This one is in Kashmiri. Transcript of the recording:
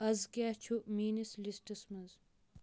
از کیاہ چھُ میٲنِس لسٹس منٛز؟